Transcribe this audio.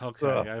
Okay